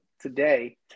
today